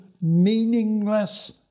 meaningless